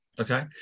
Okay